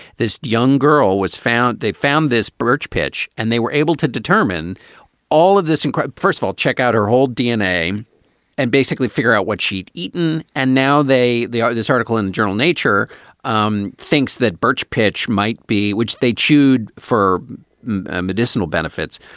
this young girl was found. they found this bertsch pitch and they were able to determine all of this. and first of all, check out her whole dna and basically figure out what she'd eaten. and now they they are. this article in the journal nature um thinks that bertsch pitch might be which they chewed for medicinal benefits,